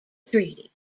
treaty